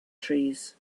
trees